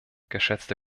geschätzte